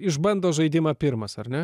išbando žaidimą pirmas ar ne